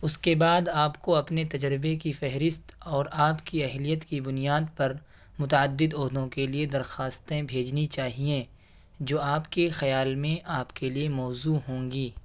اس کے بعد آپ کو اپنے تجربے کی فہرست اور آپ کی اہلیت کی بنیاد پر متعدد عہدوں کے لیے درخواستیں بھیجنی چاہئیں جو آپ کے خیال میں آپ کے لیے موزوں ہوں گی